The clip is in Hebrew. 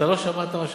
אתה לא שמעת מה שאמרתי.